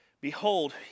Behold